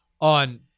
on